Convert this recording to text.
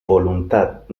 voluntad